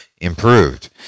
improved